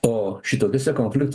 o šito visą konflikto